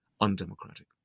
undemocratic